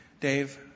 Dave